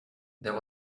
there